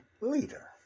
leader